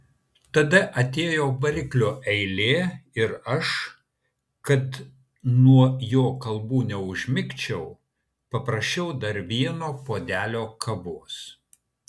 tada atėjo variklio eilė ir aš kad nuo jo kalbų neužmigčiau paprašiau dar vieno puodelio kavos